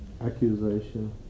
Accusation